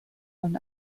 von